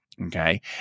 Okay